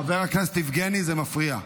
חבר הכנסת יבגני, זה מפריע.